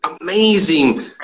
amazing